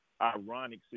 ironic